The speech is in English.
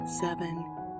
seven